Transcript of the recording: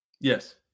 Yes